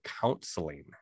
counseling